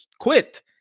quit